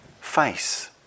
face